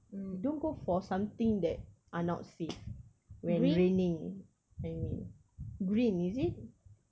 don't go for something that are not safe when raining I mean green is it